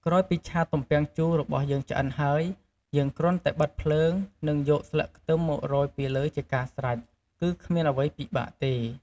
ក្រោយពីឆាទំពាំងជូររបស់យើងឆ្អិនហើយ យើងគ្រាន់តែបិទភ្លើង និងយកស្លឹកខ្ទឹមមករោយពីលើជាការស្រេច គឺគ្មានអ្វីពិបាកទេ។